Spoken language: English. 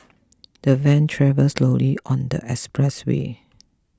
the van travelled slowly on the expressway